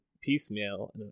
piecemeal